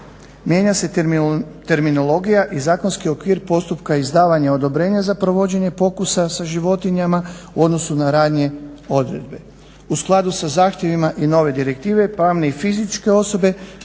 mijenja se terminologija i zakonski okvir postupka izdavanja odobrenja za provođenje pokusa sa životinjama u odnosu na ranije odredbe. U skladu sa zahtjevima i nove direktive pravne i fizičke osobe